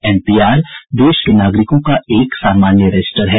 N P R देश के नागरिकों का एक सामान्य रजिस्टर है